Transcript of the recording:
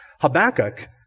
Habakkuk